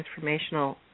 transformational